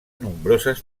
nombroses